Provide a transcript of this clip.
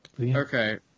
okay